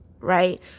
right